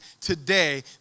today